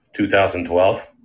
2012